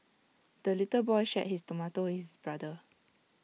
the little boy shared his tomato with his brother